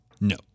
No